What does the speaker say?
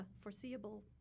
foreseeable